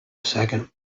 second